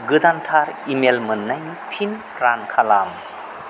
गोदानथार email मोननायनि फिन रान खालाम